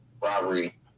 robbery